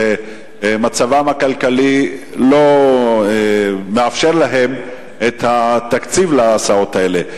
מצבם הכלכלי לא מאפשר להם את התקציב להסעות האלה.